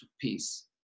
peace